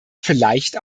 vielleicht